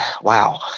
wow